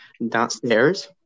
downstairs